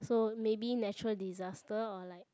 so maybe natural disaster or like